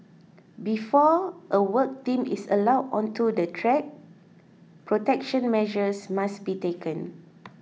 before a work team is allowed onto the track protection measures must be taken